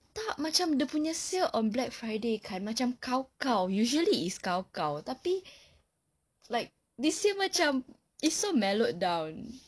tak macam dia punya sale on black friday kan macam kaw kaw usually it's kaw kaw but this year macam it's so mellowed down